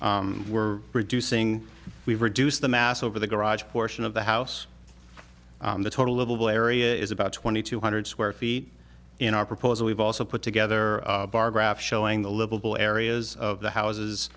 belmont we're reducing we've reduced the mass over the garage portion of the house the total livable area is about twenty two hundred square feet in our proposal we've also put together bar graph showing the livable areas of the houses